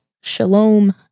shalom